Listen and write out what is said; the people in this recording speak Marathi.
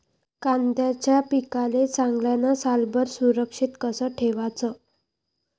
कांद्याच्या पिकाले चांगल्यानं सालभर सुरक्षित कस ठेवाचं?